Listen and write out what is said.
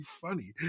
funny